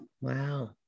Wow